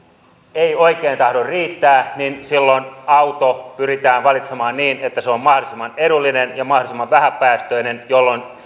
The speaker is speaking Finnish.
ei oikein tahdo riittää niin silloin auto pyritään valitsemaan niin että se on mahdollisimman edullinen ja mahdollisimman vähäpäästöinen jolloin